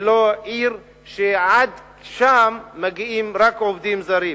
ולא עיר שעד שם מגיעים רק עובדים זרים.